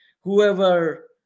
whoever